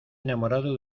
enamorado